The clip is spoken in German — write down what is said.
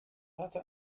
hatte